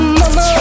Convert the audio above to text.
mama